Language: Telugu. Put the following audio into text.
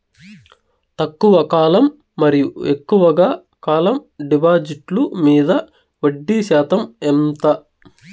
తక్కువ కాలం మరియు ఎక్కువగా కాలం డిపాజిట్లు మీద వడ్డీ శాతం ఎంత?